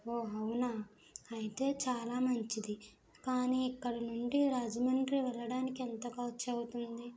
ఓ అవునా అయితే చాలా మంచింది కానీ ఇక్కడ నుండి రాజమండ్రి వెళ్ళడానికి ఎంత ఖర్చవుతుంది